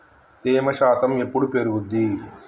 తేమ శాతం ఎప్పుడు పెరుగుద్ది?